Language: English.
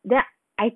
then I